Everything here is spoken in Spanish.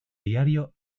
diario